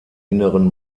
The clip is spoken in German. inneren